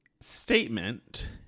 statement